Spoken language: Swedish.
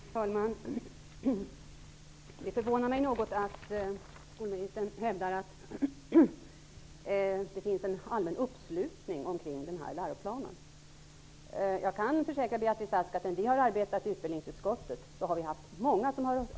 Herr talman! Det förvånar mig något att skolministern hävdar att det finns en allmän uppslutning kring den här läroplanen. Jag kan försäkra Beatrice Ask om att många har hört av sig till utbildningsutskottet medan vi har arbetat med frågan.